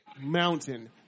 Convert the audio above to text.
mountain